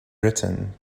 briton